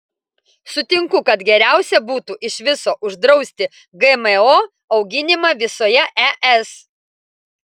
sutinku kad geriausia būtų iš viso uždrausti gmo auginimą visoje es